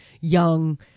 young